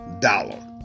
dollar